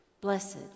blessed